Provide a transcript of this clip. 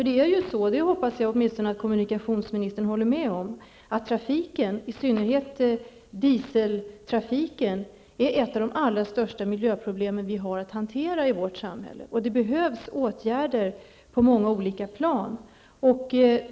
Det är ju så -- jag hoppas att kommunikationsministern åtminstone håller med om det -- att trafiken, i synnerhet dieseltrafiken, är ett av de största miljöproblem vi har att hantera i vårt samhälle. Det behövs åtgärder på många olika plan.